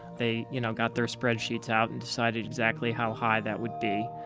they you know got their spreadsheets out and decided exactly how high that would be,